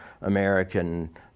American